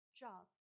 job